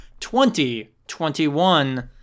2021